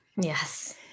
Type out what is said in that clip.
Yes